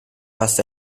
hasta